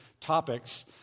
topics